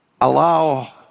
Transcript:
Allow